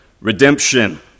redemption